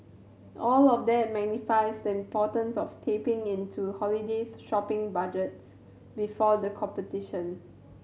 all of that magnifies the importance of tapping into holiday shopping budgets before the competition